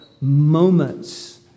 moments